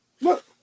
Look